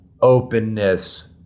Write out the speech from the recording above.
openness